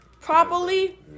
properly